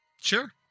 Sure